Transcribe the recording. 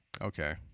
Okay